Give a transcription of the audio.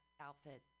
outfit